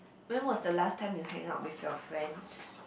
when was the last time you hang out with your friends